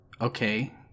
okay